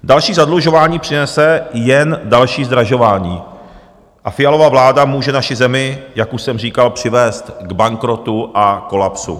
Další zadlužování přinese jen další zdražování a Fialova vláda může naši zemi, jak už jsem říkal, přivést k bankrotu a kolapsu.